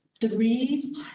three